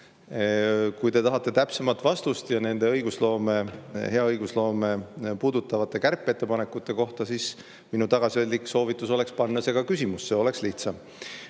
Kui te tahate täpsemat vastust head õigusloomet puudutavate kärpeettepanekute kohta, siis minu tagasihoidlik soovitus oleks panna see ka küsimusse. Oleks lihtsam.